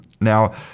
Now